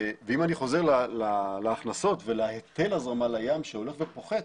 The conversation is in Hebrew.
אם אני חוזה להכנסות להיטל ההזרמה לים שהולך ופוחת